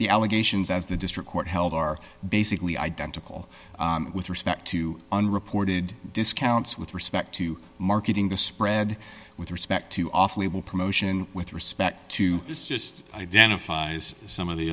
the allegations as the district court held are basically identical with respect to unreported discounts with respect to marketing the spread with respect to off label promotion with respect to this just identify some of the